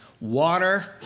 water